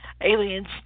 aliens